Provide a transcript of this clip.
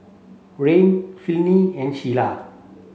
Ryne Finley and Sheila